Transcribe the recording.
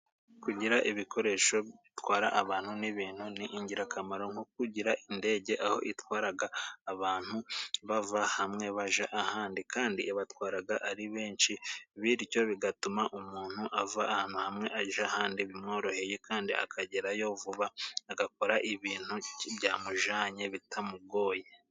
Kugira ibikoresho bitwara abantu n'ibintu, ni ingirakamaro nko kugira indege, aho itwara abantu bava hamwe bajya ahandi kandi ibatwara ari benshi, bityo bituma umuntu ava ahantu hamwe ajya ahandi bimworoheye kandi akagerayo vuba, agakora ibintu byamujyanye bitamugoye.